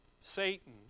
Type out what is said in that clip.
Satan